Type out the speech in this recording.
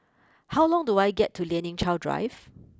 how long do I get to Lien Ying Chow Drive